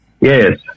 yes